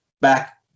back